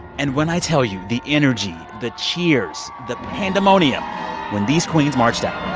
and when i tell you the energy, the cheers, the pandemonium when these queens marched out